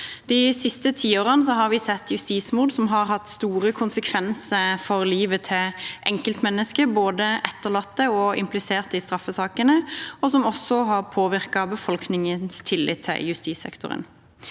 De siste tiårene har vi sett justismord som har hatt store konsekvenser for livet til enkeltmennesker, både etterlatte og impliserte i straffesakene, og som også har påvirket befolkningens tillit til justissektoren.